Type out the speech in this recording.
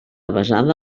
basada